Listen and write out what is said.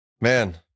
man